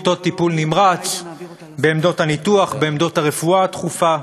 במיטות טיפול נמרץ, בעמדות הניתוח, הרפואה הדחופה.